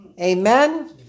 Amen